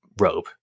rope